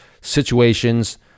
situations